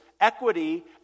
equity